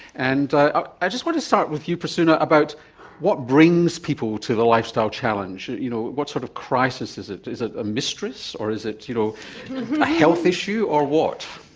and ah i just want to start with you, prasuna, about what brings people to the lifestyle challenge, you know what sort of crisis is it? is it a mistress or is it you know a health issue or what?